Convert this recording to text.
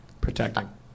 Protecting